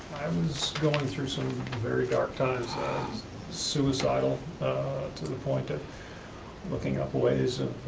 i was going through some very dark times. ah i was suicidal to the point of looking up ways